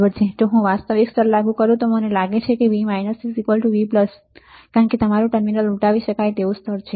જો હું વાસ્તવિક સ્તર લાગુ કરું તો મને લાગે છે કે V V કારણ કે તમારું ટર્મિનલ ઉલટાવી શકાય એવુ સ્તર છે